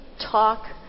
talk